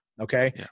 okay